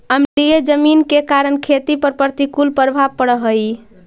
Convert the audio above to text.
अम्लीय जमीन के कारण खेती पर प्रतिकूल प्रभाव पड़ऽ हइ